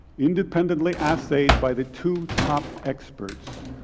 independently essayed by the two top experts,